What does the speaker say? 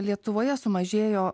lietuvoje sumažėjo